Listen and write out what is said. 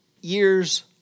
years